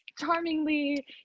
charmingly